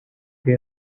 que